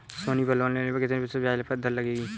सोनी पर लोन लेने पर कितने प्रतिशत ब्याज दर लगेगी?